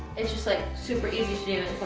it's just like super easy to do